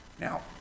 Now